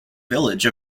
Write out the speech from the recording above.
village